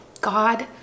God